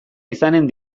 izanen